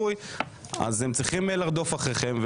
צריך לרדוף אחריכם.